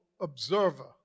observer